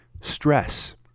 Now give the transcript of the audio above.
stress